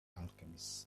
alchemist